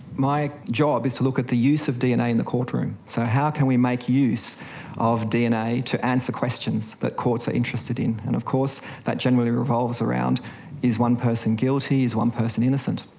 my job is to look at the use of the dna in the courtroom, so how can we make use of dna to answer questions that courts are interested in. and of course that generally revolves around is one person guilty, is one person innocent.